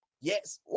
Yes